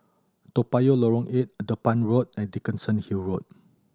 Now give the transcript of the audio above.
Toa Payoh Lorong Eight Dedap Road and Dickenson Hill Road